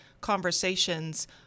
conversations